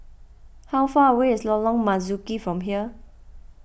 how far away is Lorong Marzuki from here